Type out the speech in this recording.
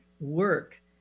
work